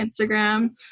Instagram